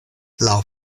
laŭ